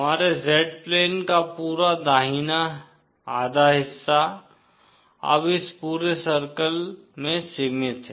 हमारे Z plane का पूरा दाहिना आधा हिस्सा अब इस पूरे सर्किल में सीमित है